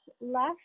left